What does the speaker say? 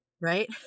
right